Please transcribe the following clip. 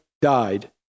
died